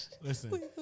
Listen